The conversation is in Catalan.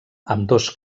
ambdós